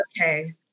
okay